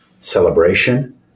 celebration